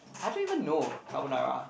I don't even know carbonara